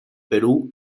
perú